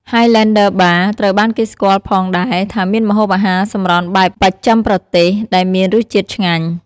ហាយឡែនឌឺ បារ (Highlander Bar) ត្រូវបានគេស្គាល់ផងដែរ ថាមានម្ហូបអាហារសម្រន់បែបបស្ចិមប្រទេសដែលមានរសជាតិឆ្ងាញ់។